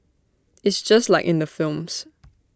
it's just like in the films